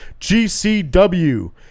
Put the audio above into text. GCW